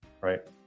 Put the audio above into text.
right